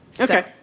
Okay